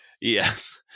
Yes